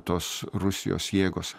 tos rusijos jėgos